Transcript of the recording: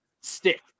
stick